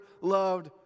loved